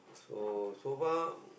so so far